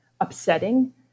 upsetting